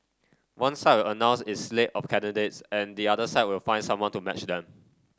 one side will announce its slate of candidates and the other side will find someone to match them